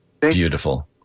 Beautiful